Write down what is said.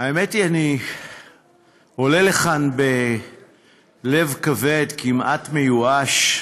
האמת היא שאני עולה לכאן בלב כבד, כמעט מיואש,